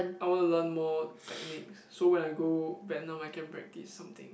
I wanna learn more techniques so when I go Vietnam I can practise something